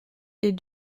est